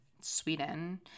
Sweden